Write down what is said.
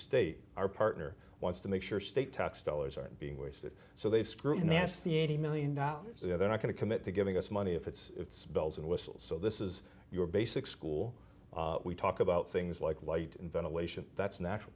state our partner wants to make sure state tax dollars are being wasted so they screw and that's the eighty million dollars they're not going to commit to giving us money if it's bells and whistles so this is your basic school we talk about things like light and ventilation that's natural